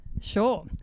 Sure